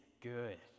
good